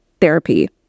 therapy